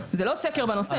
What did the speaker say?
זה לא סקר בנושא.